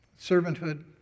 servanthood